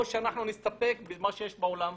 או שאנחנו נסתפק במה שיש בעולם?